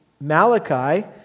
Malachi